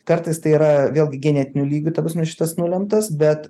kartais tai yra vėlgi genetiniu lygiu ta prasme šitas nulemtas bet